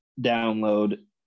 download